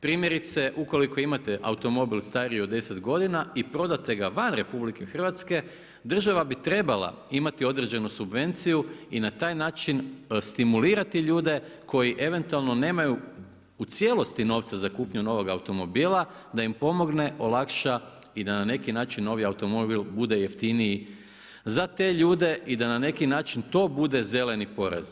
Primjerice, ukoliko imate automobil stariji od 10 godina prodate ga van Republike Hrvatske država bi trebala imati određenu subvenciju i na taj način stimulirati ljude koji eventualno nemaju u cijelosti novca za kupnju novog automobila, da im pomogne, olakša i da ne neki način novi automobil bude jeftiniji za te ljude i da na neki način to bude zeleni porez.